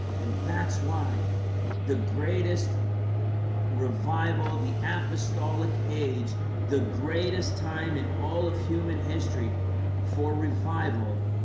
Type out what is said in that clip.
and that's why the greatest revival the apostolic age the greatest time in all of human history for revival